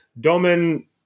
Domen